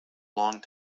long